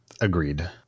Agreed